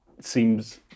seems